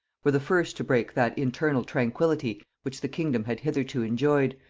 were the first to break that internal tranquillity which the kingdom had hitherto enjoyed,